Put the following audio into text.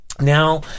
now